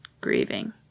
grieving